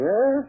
Yes